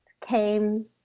came